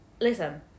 Listen